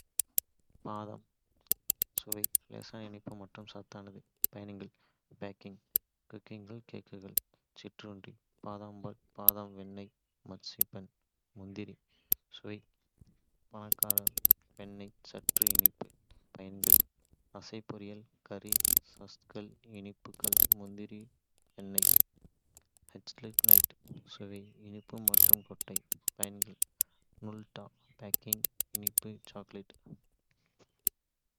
பாதாம். சுவை லேசான இனிப்பு மற்றும் சத்தானது. பயன்கள் பேக்கிங் (குக்கீகள், கேக்குகள்), சிற்றுண்டி, பாதாம் பால், பாதாம் வெண்ணெய், மர்சிபன். முந்திரி. சுவை பணக்கார, வெண்ணெய், சற்று இனிப்பு. பயன்கள்: அசை-பொரியல், கறி, சாஸ்கள், இனிப்புகள், முந்திரி வெண்ணெய். ஹேசல்நட்ஸ். சுவை இனிப்பு மற்றும் கொட்டை. பயன்கள்: நுட்டெல்லா, பேக்கிங், இனிப்பு, சாக்லேட்.